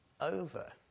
over